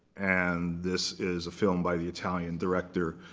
and this is a film by the italian director,